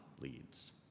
leads